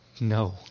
no